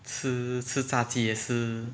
吃吃炸鸡也是